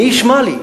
מי ישמע לי?